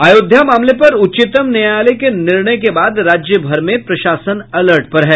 अयोध्या मामले पर उच्चतम न्यायालय के निर्णय के बाद राज्य भर में प्रशासन अलर्ट पर है